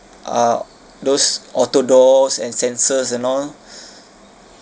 uh those auto doors and sensors and all